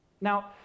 Now